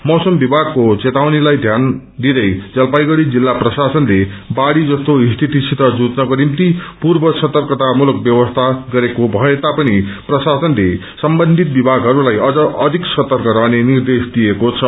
मौसम विभागको चेतावनीलाई ध्यान दिँदै जलपाइगढ़ी जिल्ला प्रशासनले बाढ़ी जस्तो स्थितिसित जुझ्नको निम्ति पूर्व सतर्कतामूलक व्यवस्था गरेको थए तापनि प्रशासनले सम्बन्धित विभागहरुलाई अझ अधिक सतर्क रहने निर्देश दिएको छ